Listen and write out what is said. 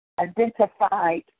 identified